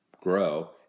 grow